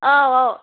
औ औ